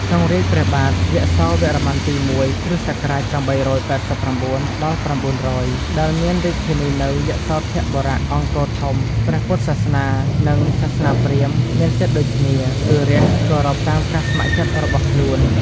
ក្នុងរាជ្យព្រះបាទយសោវរ្ម័នទី ១ (គ.ស ៨៨៩-៩០០) ដែលមានរាជធានីនៅ យសោធបុរៈ (អង្គរធំ) ពុទ្ធសាសនា និងសាសនាព្រាហ្មណ៍មានសិទ្ធិដូចគ្នា គឺ រាស្ត្រ គោរពតាមការស្ម័គ្រចិត្តរបស់ខ្លួន។